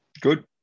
good